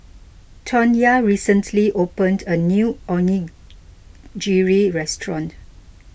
Tawnya recently opened a new Onigiri restaurant